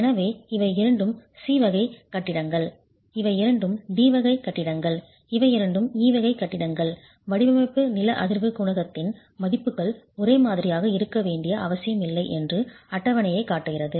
எனவே இவை இரண்டும் C வகை கட்டிடங்கள் இவை இரண்டும் D வகை கட்டிடங்கள் இவை இரண்டும் E வகை கட்டிடங்கள் வடிவமைப்பு நில அதிர்வு குணகத்தின் மதிப்புகள் ஒரே மாதிரியாக இருக்க வேண்டிய அவசியமில்லை என்று அட்டவணையே காட்டுகிறது